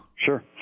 Sure